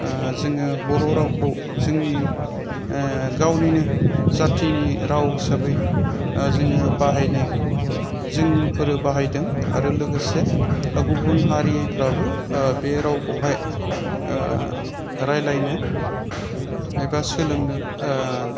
जोङो बर' रावखौ जोंनि गावनिनो जाथिनि राव हिसाबै जोङो बाहायनाय जोंफोरो बाहायदों आरो लोगोसे दा गुबुन हारिफ्राबो बे रावखौहाय रायज्लायनो एबा सोलोंनो